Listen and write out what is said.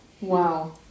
wow